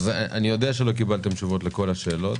אני יודע שלא קיבלתם תשובות לכל השאלות,